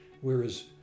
whereas